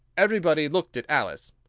everybody looked at alice.